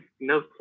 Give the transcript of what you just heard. No